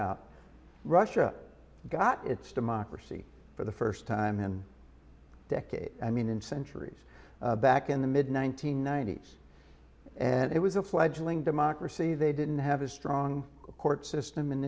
out russia got its democracy for the first time in decades i mean in centuries back in the mid one nine hundred ninety s and it was a fledgling democracy they didn't have a strong court system an